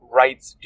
rights